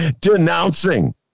denouncing